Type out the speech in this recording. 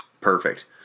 perfect